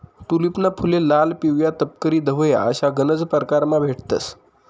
टूलिपना फुले लाल, पिवया, तपकिरी, धवया अशा गनज परकारमा भेटतंस